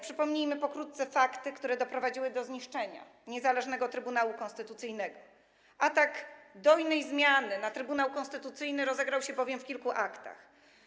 Przypomnijmy pokrótce fakty, które doprowadziły do zniszczenia niezależnego Trybunału Konstytucyjnego, atak dojnej zmiany na Trybunał Konstytucyjny rozegrał się bowiem w kilku aktach.